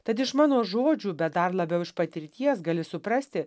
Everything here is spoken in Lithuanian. tad iš mano žodžių bet dar labiau iš patirties gali suprasti